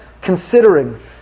considering